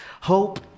hope